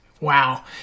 Wow